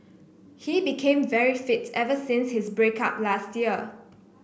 he became very fit ever since his break up last year